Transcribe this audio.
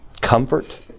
Comfort